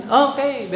okay